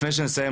לפני שנסיים,